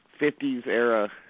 50s-era